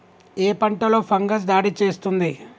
ఏ పంటలో ఫంగస్ దాడి చేస్తుంది?